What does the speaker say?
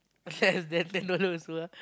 less ten dollar also ah